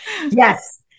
Yes